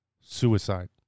suicide